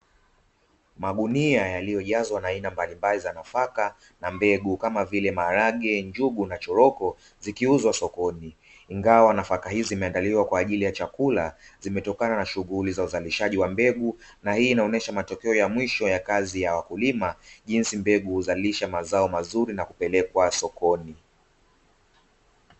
Magunia yaliyojazwa na aina mbalilmbali za nafaka na mbegu kam vile: maharage, njugu, na choroko zikiuzwa sokoni. Ingawa nafaka hizi zimeandaliwa kwaajili ya chakula, zimetokana na shughuli za uzalishaji wa mbegu na hii inaonesha matokeo ya mwisho ya kazi ya wakulima, jinsi mbegu huzalisha mazao mazuri na kupelekwa sakoni.